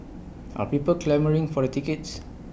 are people clamouring for the tickets